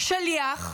שליח,